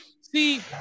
See